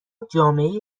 جامعه